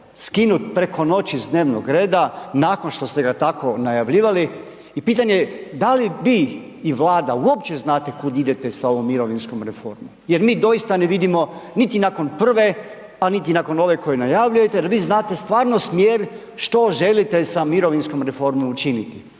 skinut preko noći s dnevnog reda nakon što ste ga tako najavljivali. I pitanje je da li vi i Vlada uopće znate kuda idete sa ovom mirovinskom reformom? Jer mi doista ne vidimo niti nakon prve a niti nakon ove koju najavljujete jer vi znate stvarno smjer što želite sa mirovinskom reformom učiniti.